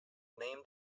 named